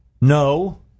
no